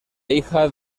hija